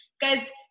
Guys